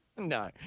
No